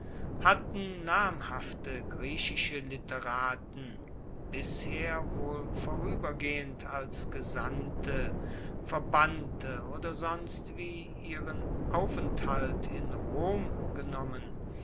hatten namhafte griechische literaten bisher wohl vorübergehend als gesandte verbannte oder sonstwie ihren aufenthalt in rom genommen